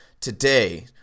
today